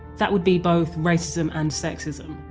that would be both racism and sexism.